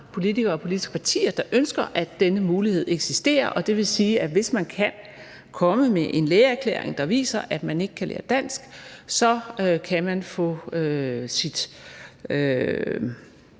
politikere og politiske partier, der ønsker, at denne mulighed eksisterer, og det vil sige, at hvis man kan komme med en lægeerklæring, der viser, at man ikke kan lære dansk, kan man få sin